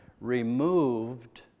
removed